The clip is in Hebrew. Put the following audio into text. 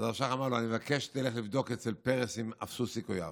הרב שך אמר לו: אני מבקש שתלך לבדוק אצל פרס אם אפסו סיכוייו.